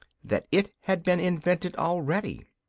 that it had been invented already.